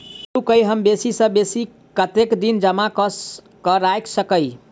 आलु केँ हम बेसी सऽ बेसी कतेक दिन जमा कऽ क राइख सकय